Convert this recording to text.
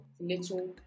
little